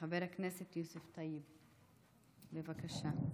חבר הכנסת יוסף טייב, בבקשה.